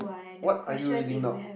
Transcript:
what are you reading now